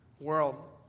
world